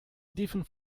defense